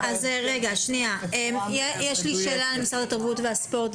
משרד התרבות והספורט,